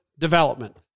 Development